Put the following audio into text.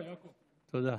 תודה.